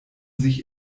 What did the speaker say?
sich